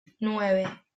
nueve